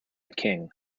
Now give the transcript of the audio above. king